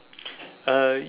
uh